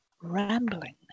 rambling